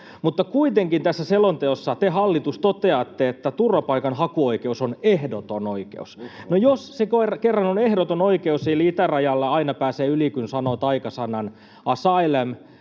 mutta kuitenkin tässä selonteossa te, hallitus, toteatte, että turvapaikanhakuoikeus on ehdoton oikeus. No jos se kerran on ehdoton oikeus, eli itärajalla aina pääse yli, kun sanoo taikasanan asylum,